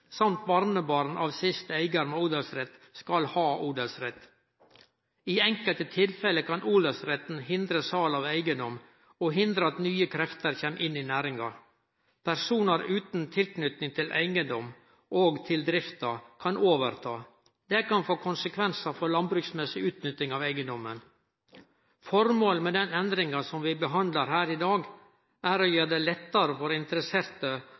samt barnebarn av siste eigar med odelsrett, skal ha odelsrett. I enkelte tilfelle kan odelsretten hindre sal av eigedom, og hindre at nye krefter kjem inn i næringa. Personar utan tilknyting til eigedomen og drifta kan overta. Det kan få konsekvensar for landbruksmessig utnytting av eigedomen. Formålet med den endringa som vi behandlar her i dag, er å gjere det lettare for interesserte